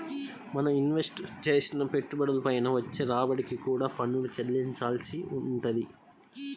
మనం ఇన్వెస్ట్ చేసిన పెట్టుబడుల పైన వచ్చే రాబడికి కూడా పన్నులు చెల్లించాల్సి వుంటది